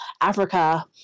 Africa